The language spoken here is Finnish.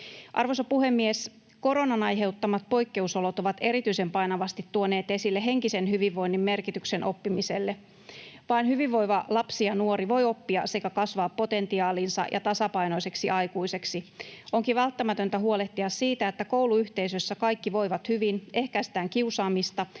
Arvoisa puhemies! Koronan aiheuttamat poikkeusolot ovat erityisen painavasti tuoneet esille henkisen hyvinvoinnin merkityksen oppimiselle. Vain hyvinvoiva lapsi ja nuori voi oppia sekä kasvaa potentiaaliinsa ja tasapainoiseksi aikuiseksi. Onkin välttämätöntä huolehtia siitä, että kouluyhteisöissä kaikki voivat hyvin: ehkäistään kiusaamista